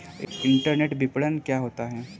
Internet विपणन क्या होता है?